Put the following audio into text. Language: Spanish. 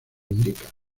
indica